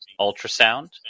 ultrasound